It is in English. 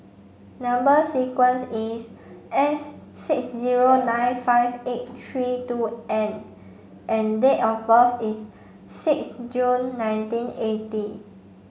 number sequence is S six zero nine five eight three two N and date of birth is six June nineteen eighty